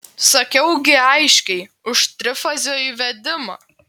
sakiau gi aiškiai už trifazio įvedimą